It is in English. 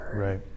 Right